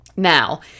Now